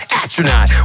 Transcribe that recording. astronaut